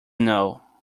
know